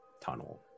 tunnel